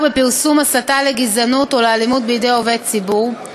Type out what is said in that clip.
בפרסום הסתה לגזענות או לאלימות בידי עובד ציבור,